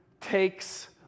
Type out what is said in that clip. takes